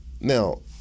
Now